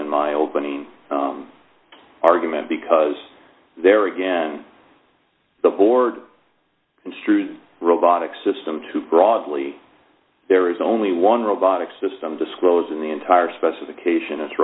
in my opening argument because there again the board it's true robotic system too broadly there is only one robotic system disclosing the entire specification